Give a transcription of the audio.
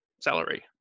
salary